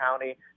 County